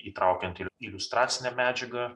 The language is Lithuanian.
įtraukiant iliustracinę medžiagą